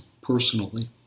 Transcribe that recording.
personally